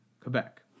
Quebec